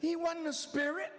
he won the spirit